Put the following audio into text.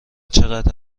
چقدر